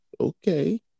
okay